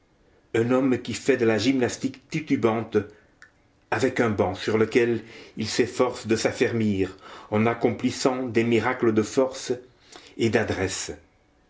un homme qui fait de la gymnastique titubante avec un banc sur lequel il s'efforce de s'affermir en accomplissant des miracles de force et d'adresse